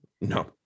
No